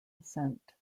ascent